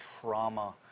trauma